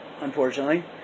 unfortunately